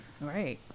right